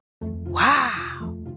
Wow